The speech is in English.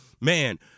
man